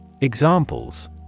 Examples